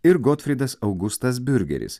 ir gotfrydas augustas biurgeris